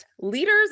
Leaders